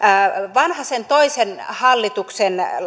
vanhasen toisen hallituksen